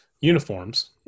uniforms